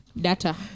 Data